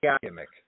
gimmick